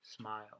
smile